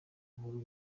nkuru